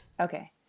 Okay